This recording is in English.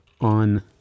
on